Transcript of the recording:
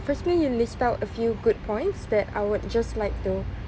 firstly you list out a few good points that I would just like to